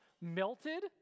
melted